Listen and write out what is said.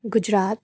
Gujarat